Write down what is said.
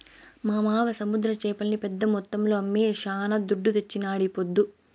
మా మావ సముద్ర చేపల్ని పెద్ద మొత్తంలో అమ్మి శానా దుడ్డు తెచ్చినాడీపొద్దు